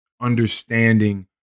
understanding